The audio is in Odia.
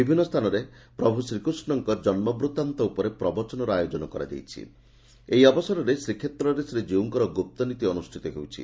ବିଭିନ୍ନ ସ୍ଛାନରେ ମଧ ପ୍ରଭୁ ଶ୍ରୀକୃଷ୍ଠଙ୍କ ଜନ୍କବୃଭାନ୍ତ ଉପରେ ପ୍ରବଚନର ଆୟୋଜନ କରାଯାଇଛି ଏହି ଅବସରରେ ଶ୍ରୀକ୍ଷେତ୍ରରେ ଶ୍ରୀଜୀଉଙ୍କର ଗୁପ୍ତନୀତି ଅନୁଷ୍ଠିତ ହେଉଛି